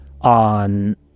on